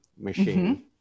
machine